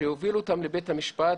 שהובילו אותם לבית המשפט,